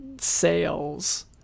sales